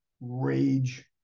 rage